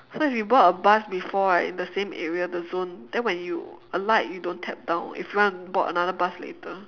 so if you board a bus before right in the same area the zone then when you alight you don't tap down if you want to board another bus later